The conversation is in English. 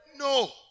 No